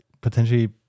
potentially